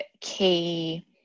key